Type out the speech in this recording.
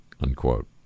unquote